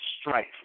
strife